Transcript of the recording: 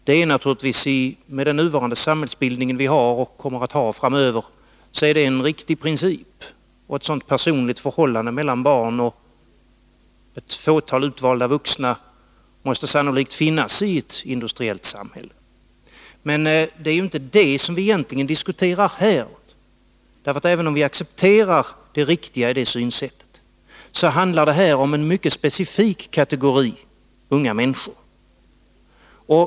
Det är naturligtvis med den samhällsbildning vi nu har och kommer att ha framöver en riktig princip, och ett sådant personligt förhållande mellan barn och ett fåtal utvalda vuxna måste sannolikt finnas i ett industriellt samhälle. Men det är ju inte detta som vi egentligen här diskuterar, ty även om vi accepterar det riktiga i detta synsätt handlar det här om en mycket specifik kategori unga människor.